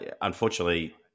unfortunately